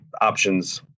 options